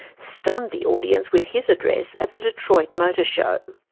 stunned the audience with his address at the detroit motor show.